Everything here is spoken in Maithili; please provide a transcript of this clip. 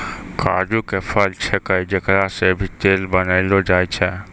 काजू के फल छैके एकरा सॅ भी तेल बनैलो जाय छै